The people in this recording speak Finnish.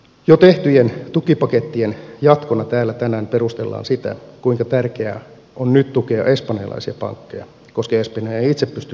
jo tehtyjen tukipakettien jatkona täällä tänään perustellaan sitä kuinka tärkeää on nyt tukea espanjalaisia pankkeja koska espanja ei itse pysty sitä tekemään